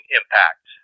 impact